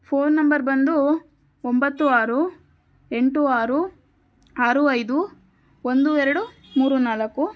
phone number ಬಂದು ಒಂಭತ್ತು ಆರು ಎಂಟು ಆರು ಆರು ಐದು ಒಂದು ಎರಡು ಮೂರು ನಾಲ್ಕು